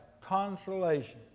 consolation